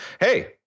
Hey